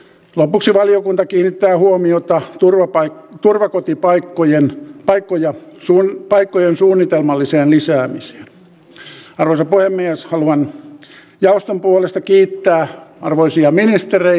la busi valiokunta kiinnittää huomiota turvapaikka turvakotipaikkojen paikkoja me emme voi kuitenkaan tietää mihin tulevaisuuden menestystarinoihin tutkimus tulee johtamaan